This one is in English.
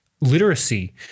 literacy